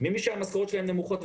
ממי שהמשכורות שלהם נמוכות,